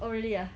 oh really ah